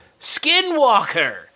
Skinwalker